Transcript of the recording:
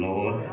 Lord